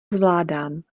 zvládám